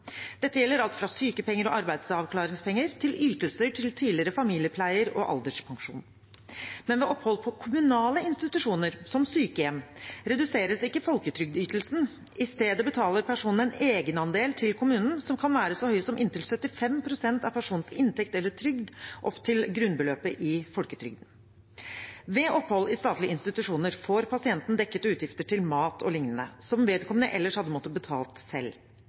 Dette gjelder alt fra sykepenger og arbeidsavklaringspenger til ytelser til tidligere familiepleier og alderspensjon. Men ved opphold på kommunale institusjoner, som sykehjem, reduseres ikke folketrygdytelsen. I stedet betaler personen en egenandel til kommunen som kan være så høy som inntil 75 pst. av personens inntekt eller trygd, opptil grunnbeløpet i folketrygden. Ved opphold i statlige institusjoner får pasienten dekket utgifter til mat og lignende, som vedkommende ellers hadde måttet betale selv.